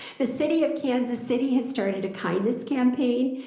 the city of kansas city has started a kindness campaign,